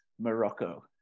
Morocco